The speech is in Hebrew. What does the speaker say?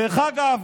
דרך אגב,